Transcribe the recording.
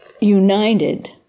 united